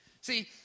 See